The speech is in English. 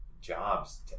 jobs